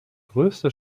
größte